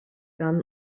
gun